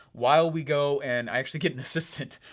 while we go and actually get an assistant,